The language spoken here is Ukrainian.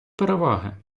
переваги